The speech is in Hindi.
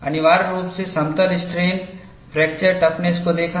अनिवार्य रूप से समतल स्ट्रेन फ्रैक्चर टफनेस को देखा